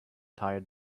tired